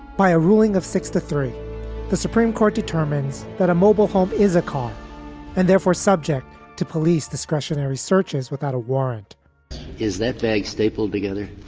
by a ruling of six to three the supreme court determines that a mobile home is a car and therefore subject to police discretionary searches without a warrant is that bag stapled together?